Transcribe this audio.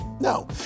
No